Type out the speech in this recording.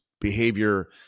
behavior